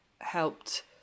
helped